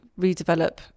redevelop